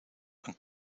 een